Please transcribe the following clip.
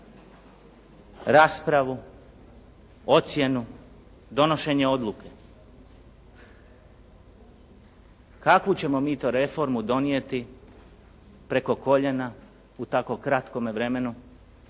raspravu, ocjenu, donošenje odluke. Kakvu ćemo mi to reformu donijeti preko koljena u tako kratkom vremenu,